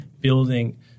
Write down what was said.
building